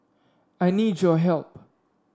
I need your help